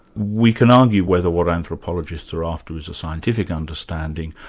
we can argue whether what anthropologists are after is a scientific understanding,